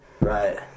Right